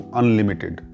unlimited